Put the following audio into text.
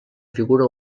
figura